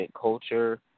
culture